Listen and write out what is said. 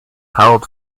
held